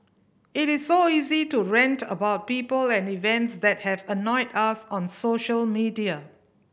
it is so easy to rant about people and events that have annoyed us on social media